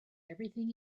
everything